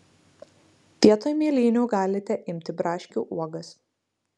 vietoj mėlynių galite imti braškių uogas